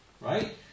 right